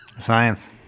science